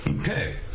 Okay